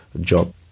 job